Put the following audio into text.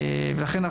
לכן,